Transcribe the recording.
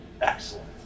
excellent